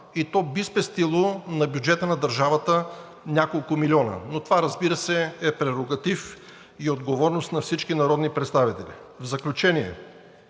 и то би спестило на бюджета на държавата няколко милиона. Това, разбира се, е прерогатив и отговорност на всички народни представители. В заключение,